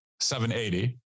780